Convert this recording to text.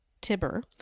Tiber